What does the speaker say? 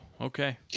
Okay